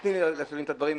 תני לי רגע להשלים את הדברים.